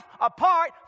apart